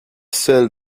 seul